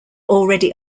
already